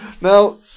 now